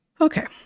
Okay